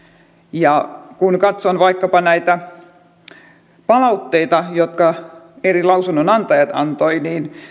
ja kun katson vaikkapa näitä palautteita joita eri lausunnonantajat antoivat